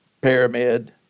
pyramid